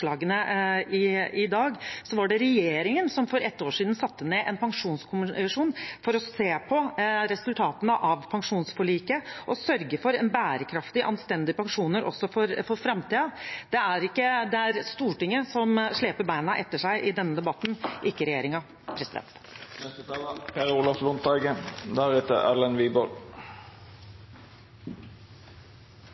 i dag, var det regjeringen som for ett år siden satte ned en pensjonskommisjon for å se på resultatene av pensjonsforliket og sørge for bærekraftige, anstendige pensjoner også for framtiden. Det er Stortinget som sleper bena etter seg i denne debatten, ikke